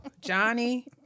Johnny